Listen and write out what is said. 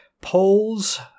polls